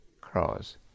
cross